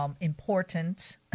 Important